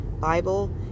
Bible